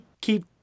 keep